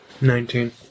Nineteen